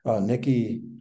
Nikki